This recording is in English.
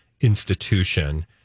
institution